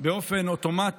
ב-1 ביולי